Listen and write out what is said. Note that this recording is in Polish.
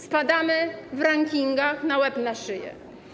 Spadamy w rankingach na łeb, na szyję.